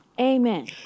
Amen